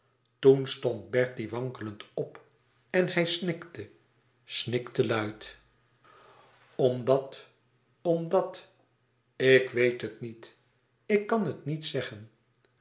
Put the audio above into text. toen stond bertie wankelend op en hij snikte snikte luid omdat omdat ik weet het niet ik kan het niet zeggen